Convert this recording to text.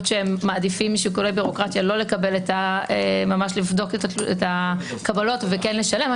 שהם מעדיפים משיקולי בירוקרטיה לא לבדוק את הקבלות וכן לשלם.